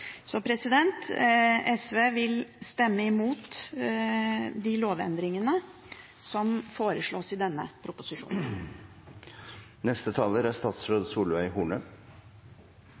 Så SV vil stemme imot de lovendringene som foreslås i denne proposisjonen. Norsk statsborgerskap skal henge høyt. Statsborgerskapet er